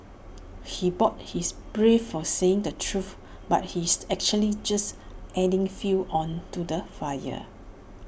he bought he's brave for saying the truth but he's actually just adding fuel on to the fire